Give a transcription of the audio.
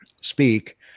speak